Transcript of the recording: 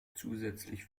zusätzlich